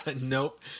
Nope